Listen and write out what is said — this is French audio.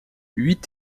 huit